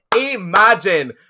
Imagine